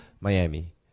Miami